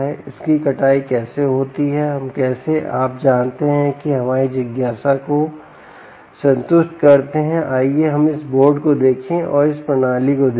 इसकी कटाई कैसे होती है हम कैसे आप जानते हैं कि हमारी जिज्ञासा को संतुष्ट करते हैं आइए हम इस बोर्ड को देखें और इस प्रणाली को देखें